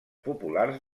populars